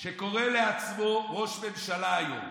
שקורא לעצמו ראש ממשלה היום.